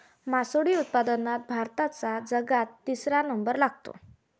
मासोळी उत्पादनात भारताचा जगात तिसरा नंबर लागते